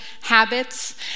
habits